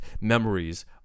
memories